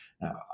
Now